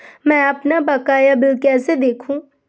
मैं अपना बकाया बिल कैसे देखूं?